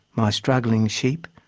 my struggling sheep,